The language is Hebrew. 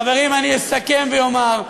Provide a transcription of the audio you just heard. חברים, אני אסכם ואומר,